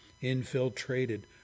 infiltrated